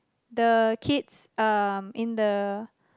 the kids um in the